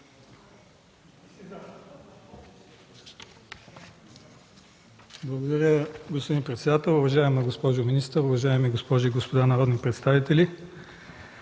Благодаря, господин председател. Уважаема госпожо министър, уважаеми госпожи и господа народни представители!